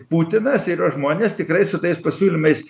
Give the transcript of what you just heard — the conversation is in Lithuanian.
putinas ir jo žmonės tikrai su tais pasiūlymais